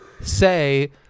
say